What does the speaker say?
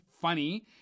funny